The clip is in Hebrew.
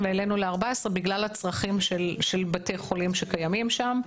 והעלינו ל-14 בגלל הצרכים של בתי החולים שקיימים שם.